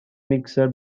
mixer